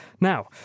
Now